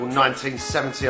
1970